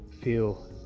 feel